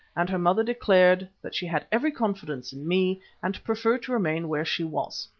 and her mother declared that she had every confidence in me and preferred to remain where she was.